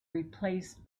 replaced